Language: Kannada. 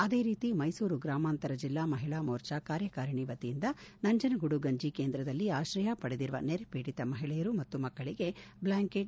ಅದೇರೀತಿ ಮೈಸೂರು ಗ್ರಾಮಾಂತರ ಜಿಲ್ಲಾ ಮಹಿಳಾ ಮೋರ್ಚಾ ಕಾರ್ಯಕಾರಿಣಿವತಿಯಿಂದ ನಂಜನಗೂಡು ಗಂಜಿಕೇಂದ್ರದಲ್ಲಿ ಆಕ್ರಯ ಪಡೆದಿರುವ ನೆರೆಪೀಡಿತ ಮಹಿಳೆಯರು ಮತ್ತು ಮಕ್ಕಳಗೆ ಬ್ಲಾಂಕೆಟ್